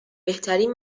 بهترین